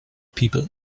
people